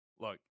Look